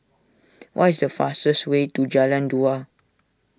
what is the fastest way to Jalan Dua